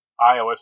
ios